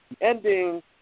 ending